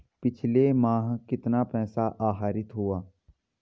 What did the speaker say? पिछले माह कितना पैसा आहरित हुआ है?